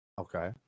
Okay